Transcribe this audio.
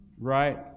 right